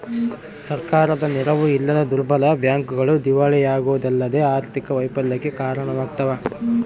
ಸರ್ಕಾರದ ನೆರವು ಇಲ್ಲದ ದುರ್ಬಲ ಬ್ಯಾಂಕ್ಗಳು ದಿವಾಳಿಯಾಗೋದಲ್ಲದೆ ಆರ್ಥಿಕ ವೈಫಲ್ಯಕ್ಕೆ ಕಾರಣವಾಗ್ತವ